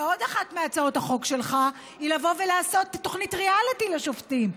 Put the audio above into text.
ועוד אחת מהצעות החוק שלך היא לבוא ולעשות תוכנית ריאליטי לשופטים,